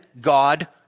God